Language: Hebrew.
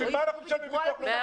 בשביל מה אנחנו משלמים לביטוח הלאומי?